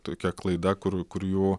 tokia klaida kur kur jų